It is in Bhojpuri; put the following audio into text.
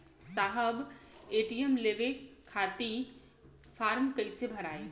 साहब ए.टी.एम लेवे खतीं फॉर्म कइसे भराई?